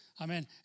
Amen